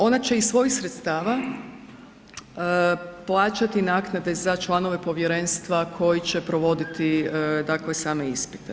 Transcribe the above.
Ona će iz svojih sredstava plaćati naknade za članove povjerenstva koji će provoditi dakle same ispite.